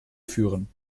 führen